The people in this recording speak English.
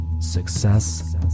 Success